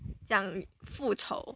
讲复仇